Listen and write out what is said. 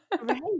Right